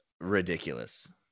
ridiculous